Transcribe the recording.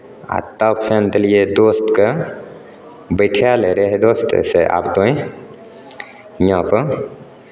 आ तब फेर देलियै दोस्तकेँ बैठलै रहय दोस्त आब तोहीँ हीआँपर